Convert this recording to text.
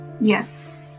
Yes